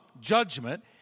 judgment